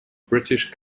british